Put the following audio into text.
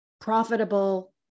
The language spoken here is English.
profitable